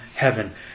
heaven